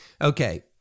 Okay